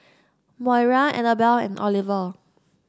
Moira Annabel and Oliver